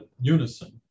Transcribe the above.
unison